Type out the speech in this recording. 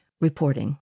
reporting